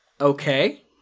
Okay